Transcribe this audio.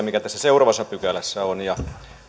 mikä tässä seuraavassa pykälässä on